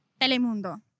telemundo